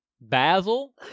Basil